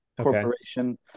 corporation